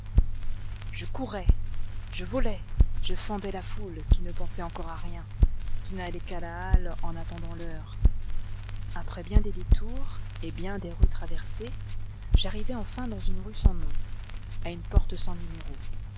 je courais je volais je fendais la foule qui ne pensait encore à rien qui n'allait qu'à la halle en attendant l'heure après bien des détours et bien des rues traversées j'arrivai enfin dans une rue sans nom à une porte sans numéro